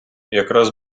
якраз